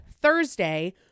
Thursday